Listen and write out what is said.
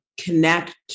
connect